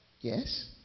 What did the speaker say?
Yes